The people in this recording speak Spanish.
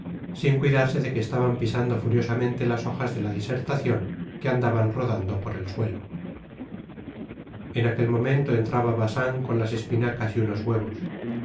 sin cuidarse de que estaban pisando furiosamente las hojas de la disertacion que andaban rodando por el suelo en aquel momento entraba bacin con las espinacas y unos huevos